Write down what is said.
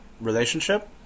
relationship